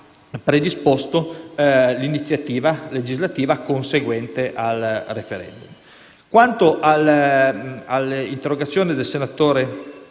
predisposto l'iniziativa legislativa conseguente al *referendum*. Quanto ai quesiti del senatore